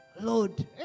Lord